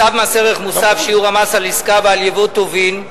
בצו מס ערך מוסף (שיעור המס על עסקה ועל ייבוא טובין)